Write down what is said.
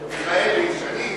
הגרוזיני,